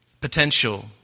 Potential